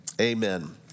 amen